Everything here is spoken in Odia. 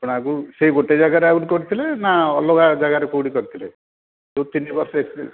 ଆପଣ ଆଗକୁ ସେଇ ଗୋଟେ ଜାଗାରେ ଆଗରୁ କରିଥିଲେ ନା ଅଲଗା ଜାଗାରେ କେଉଁଠି କରିଥିଲେ ଯେଉଁ ତିନି ବର୍ଷ ଏକ୍ସପରିଏନ୍ସ